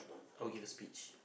I'll give a speech